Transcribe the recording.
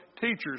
teachers